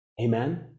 amen